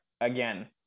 again